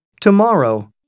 Tomorrow